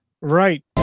Right